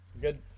good